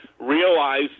realize